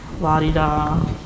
la-di-da